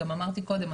גם אמרתי קודם,